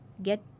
Get